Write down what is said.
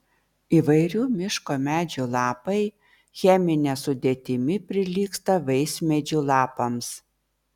įvairių miško medžių lapai chemine sudėtimi prilygsta vaismedžių lapams